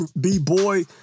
b-boy